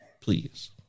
please